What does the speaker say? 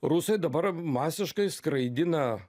rusai dabar masiškai skraidina